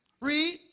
Read